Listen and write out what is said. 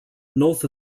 north